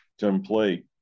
template